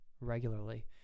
regularly